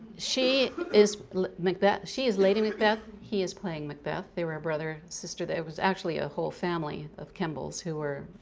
she is like macbeth, she is lady macbeth, he is playing macbeth. they were a brother-sister, there was actually a whole family of kimball's who were,